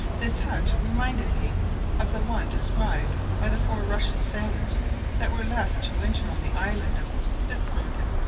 this hut reminded me of the one described by the four russian sailors that were left to winter on the island of spitzbergen.